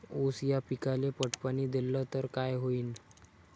ऊस या पिकाले पट पाणी देल्ल तर काय होईन?